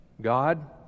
God